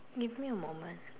give me a moment